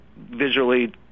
visually